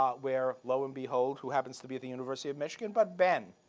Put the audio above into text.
um where lo and behold, who happens to be at the university of michigan but ben,